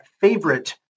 favorite